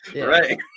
Right